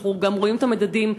אנחנו גם רואים את המדדים,